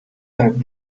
that